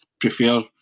prefer